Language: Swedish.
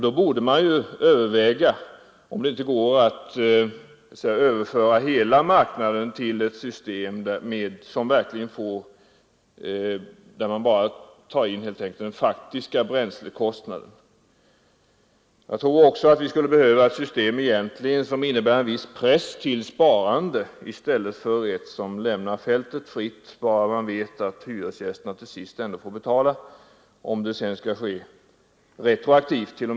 Då borde man ju överväga om det inte går att på hela marknaden tillämpa ett system där bara den faktiska bränslekostnaden inkluderas i hyran. Jag tror också att vi egentligen skulle behöva ett system som innebär viss press till sparande i stället för ett som lämnar fältet fritt. Med dagens regler blir det ändå hyresgästerna som till sist får betala, ibland retroaktivt.